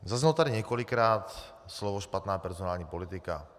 Zaznělo tady několikrát slovo špatná personální politika.